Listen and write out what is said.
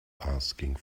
asking